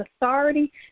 authority